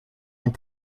and